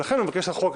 ולכן הוא מבקש את